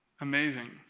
amazing